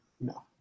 No